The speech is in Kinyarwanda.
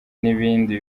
n’ibindi